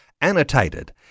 Annotated